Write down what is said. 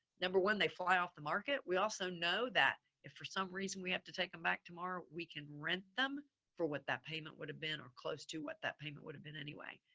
number one, they fly off the market. we also know that if for some reason we have to take them back tomorrow, we can rent them for what that payment would have been or close to what that payment would have been. anyway,